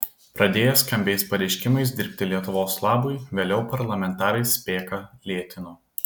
pradėję skambiais pareiškimais dirbti lietuvos labui vėliau parlamentarai spėką lėtino